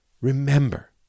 Remember